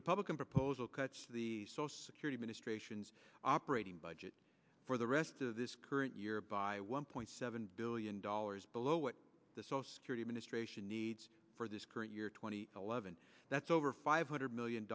republican proposal cuts the social security ministrations operating budget for the rest of this current year by one point seven billion dollars below what the so security ministration needs for this current year twenty eleven that's over five hundred million